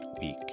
week